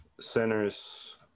centers